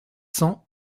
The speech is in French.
cents